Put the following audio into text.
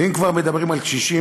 ואם כבר מדברים על הקשישים,